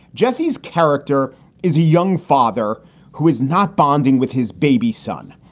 jesse's character is a young father who is not bonding with his baby son.